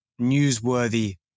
newsworthy